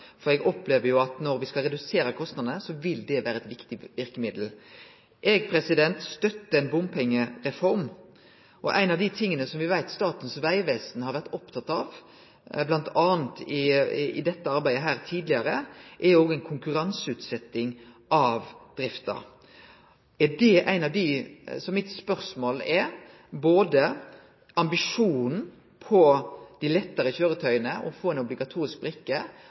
for eg opplever jo at dette vil vere eit viktig verkemiddel når me skal redusere kostnadene. Eg støttar ei bompengereform, og ein av dei tinga som me veit at Statens vegvesen har vore opptatt av bl.a. i dette arbeidet tidlegare, er ei konkurranseutsetting av drifta. Så mitt spørsmål er: Ligg det ikkje ein ambisjon på dette med å få ei obligatorisk brikke på dei lettare